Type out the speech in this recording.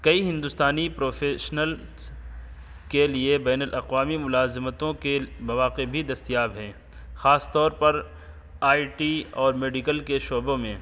کئی ہندوستانی پروفیشنلس کے لیے بین الاقوامی ملازمتوں کے مواقع بھی دستیاب ہیں خاص طور پر آئی ٹی اور میڈیکل کے شعبوں میں